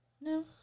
No